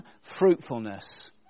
fruitfulness